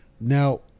Now